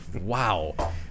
Wow